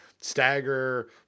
stagger